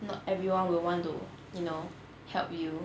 not everyone will want to you know help you